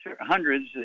hundreds